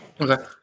Okay